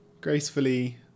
gracefully